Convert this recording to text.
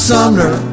Sumner